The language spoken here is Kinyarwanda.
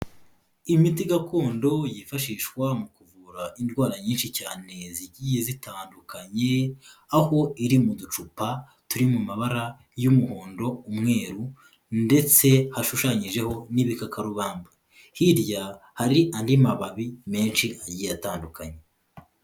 Imiti gakondo yifashishwa mu kuvura indwara nyinshi cyane zigiye zitandukanye, aho iri mu ducupa turi mu mabara y'umuhondo, umweru ndetse hashushanyijeho n'ibikakarubamba, hirya hari andi mababi menshi agiye atandukanye.